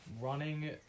running